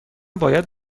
باید